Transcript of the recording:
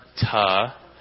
ta